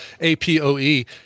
A-P-O-E